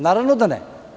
Naravno da ne.